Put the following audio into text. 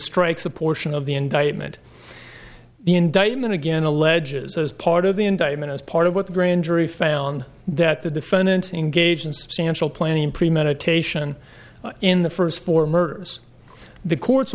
strikes a portion of the indictment the indictment again alleges as part of the indictment as part of what the grand jury found that the defendant engaged in substantial planning premeditation in the first four murders the court